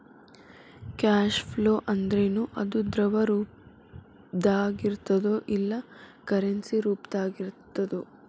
Cash flow ಅಂದ್ರೇನು? ಅದು ದ್ರವ ರೂಪ್ದಾಗಿರ್ತದೊ ಇಲ್ಲಾ ಕರೆನ್ಸಿ ರೂಪ್ದಾಗಿರ್ತದೊ?